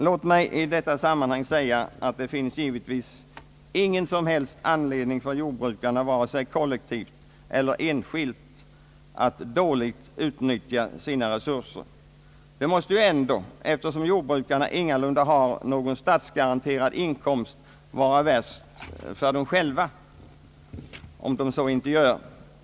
Låt mig i detta sammanhang säga att det givetvis inte finns någon som helst anledning för jordbrukarna, ware sig kollektivt eller enskilt, att dåligt utnyttja sina resurser. Det måste ju ändå, eftersom jordbrukarna ingalunda har någon statsgaranterad inkomst, vara värst för dem själva om de gör detta.